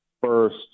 first